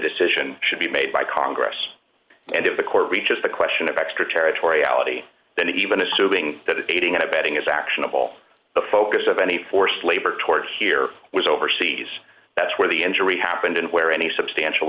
decision should be made by congress and if the court reaches the question of extraterritoriality then even assuming that aiding and abetting is actionable the focus of any forced labor toward here was overseas that's where the injury happened and where any substantial